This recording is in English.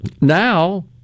now